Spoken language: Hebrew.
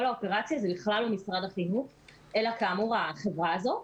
האופרציה זה בכלל לא משרד החינוך אלא כאמור החברה הזאת,